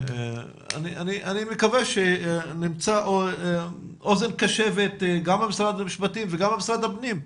אני מקווה שנמצא אוזן קשבת גם במשרד המשפטים וגם במשרד הפנים,